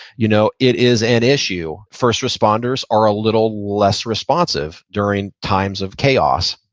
you know it is an issue. first responders are a little less responsive during times of chaos.